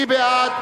מי בעד?